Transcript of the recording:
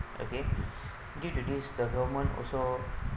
okay due to this the government also